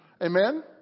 Amen